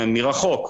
מרחוק,